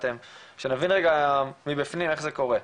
שנבין רגע מבפנים איך זה קורה.